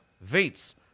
Vates